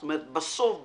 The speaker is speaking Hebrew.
זאת אומרת, בסוף בסוף,